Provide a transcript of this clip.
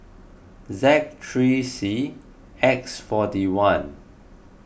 Z three C X forty one